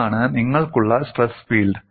ഇതാണ് നിങ്ങൾക്കുള്ള stress field